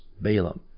Balaam